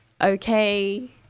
okay